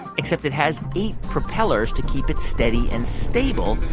except it has eight propellers to keep it steady and stable.